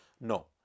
No